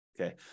Okay